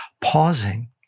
pausing